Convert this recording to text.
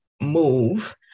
move